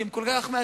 כי הם כל כך מעטים,